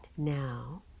Now